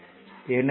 எனவே t 0